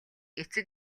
эцэг